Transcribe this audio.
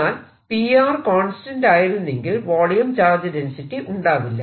എന്നാൽ P constant ആയിരുന്നെങ്കിൽ volume charge density ഉണ്ടാവില്ല